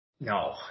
No